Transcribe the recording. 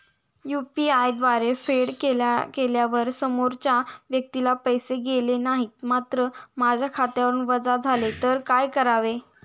UPI द्वारे फेड केल्यावर समोरच्या व्यक्तीला पैसे गेले नाहीत मात्र माझ्या खात्यावरून वजा झाले तर काय करावे?